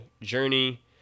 journey